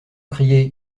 crié